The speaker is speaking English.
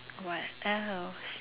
what else